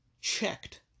checked